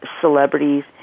celebrities